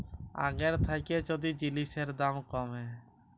আগের থ্যাইকে যদি জিলিসের দাম ক্যমে